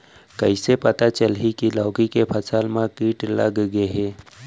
कइसे पता चलही की लौकी के फसल मा किट लग गे हे?